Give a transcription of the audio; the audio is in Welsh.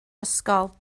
ysgol